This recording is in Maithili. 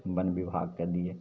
वन विभागके लिए